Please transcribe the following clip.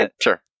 Sure